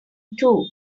too